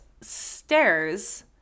stairs